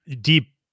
deep